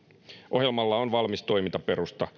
ohjelmalla on valmis toimintaperusta